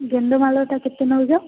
ଗେଣ୍ଡୁ ମାଳଟା କେତେ ନେଉଛ